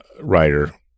writer